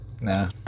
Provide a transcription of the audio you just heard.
nah